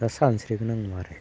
दा सानस्रिगोन नों मारै